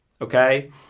Okay